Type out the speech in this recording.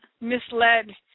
misled